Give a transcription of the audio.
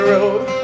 Road